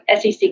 SEC